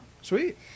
Sweet